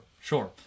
sure